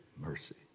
mercy